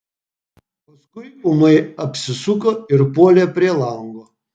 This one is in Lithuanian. paskui ūmai apsisuko ir puolė prie lango